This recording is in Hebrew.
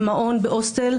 במעון בהוסטל.